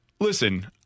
Listen